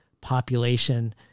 population